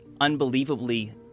unbelievably